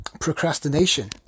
procrastination